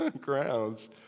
grounds